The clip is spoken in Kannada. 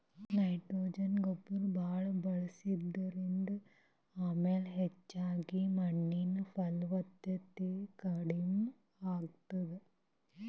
ನೈಟ್ರೊಜನ್ ಗೊಬ್ಬರ್ ಭಾಳ್ ಬಳಸದ್ರಿಂದ ಆಮ್ಲ ಹೆಚ್ಚಾಗಿ ಮಣ್ಣಿನ್ ಫಲವತ್ತತೆ ಕಡಿಮ್ ಆತದ್